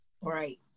Right